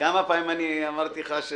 כמה פעמים אמרתי לך?